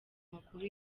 makuru